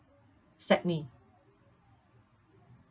sack me